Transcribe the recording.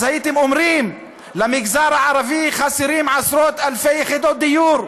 הייתם אומרים: למגזר הערבי חסרות עשרות-אלפי יחידות דיור,